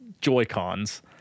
Joy-Cons